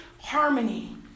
harmony